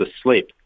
asleep